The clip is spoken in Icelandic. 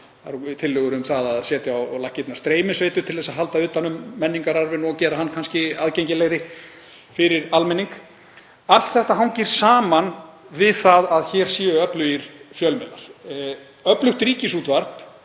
það eru tillögur um að setja á laggirnar streymisveitur til að halda utan um menningararfinn og gera hann aðgengilegri fyrir almenning. Allt þetta hangir saman við það að hér séu öflugir fjölmiðlar. Öflugt ríkisútvarp